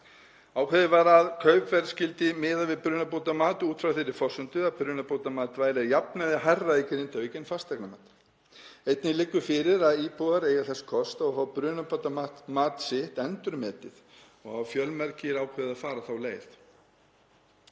Ákveðið var að kaupverð skyldi miða við brunabótamat út frá þeirri forsendu að brunabótamat væri að jafnaði hærra í Grindavík en fasteignamatið. Einnig liggur fyrir að íbúar eiga þess kost að fá brunabótamat sitt endurmetið og hafa fjölmargir ákveðið að fara þá leið.